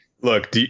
Look